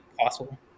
possible